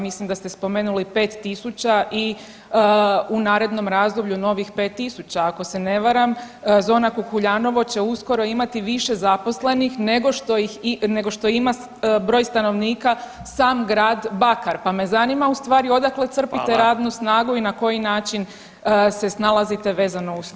Mislim da ste spomenuli 5.000 i u narodnom razdoblju novih 5.000 ako se ne varam zona Kukuljanovo će uskoro imati više zaposlenih nego što ima broj stanovnika sam grad Bakar, pa me zanima u stvari odakle crpite radnu snagu i na koji način se snalazite vezano uz to.